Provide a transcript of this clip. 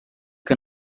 que